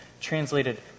translated